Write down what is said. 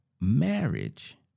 Marriage